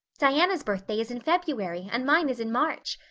diana's birthday is in february and mine is in march.